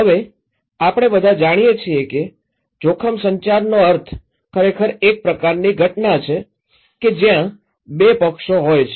હવે આપણે બધા જાણીએ છીએ કે જોખમ સંચારનો અર્થ ખરેખર એક પ્રકારની ઘટના છે જ્યાં બે પક્ષો હોય છે